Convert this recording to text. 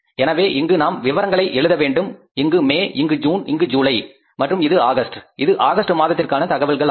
எனவே இங்கு நாம் விவரங்களை எழுத வேண்டும் இங்கு மே இங்கு ஜூன் இங்கு ஜூலை மற்றும் இது ஆகஸ்ட் இது ஆகஸ்ட் மாதத்திற்கான தகவல்களாகும்